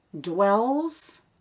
dwells